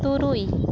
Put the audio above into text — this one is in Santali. ᱛᱩᱨᱩᱭ